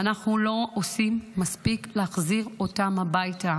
ואנחנו לא עושים מספיק להחזיר אותם הביתה,